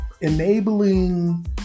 enabling